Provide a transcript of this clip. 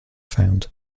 found